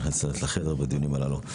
שום פוליטיקה לא נכנסת לחדר בדיונים הללו.